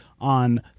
on